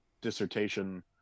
dissertation